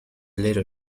little